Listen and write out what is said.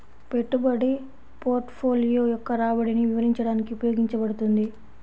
పెట్టుబడి పోర్ట్ఫోలియో యొక్క రాబడిని వివరించడానికి ఉపయోగించబడుతుంది